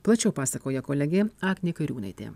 plačiau pasakoja kolegė agnė kairiūnaitė